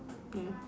mm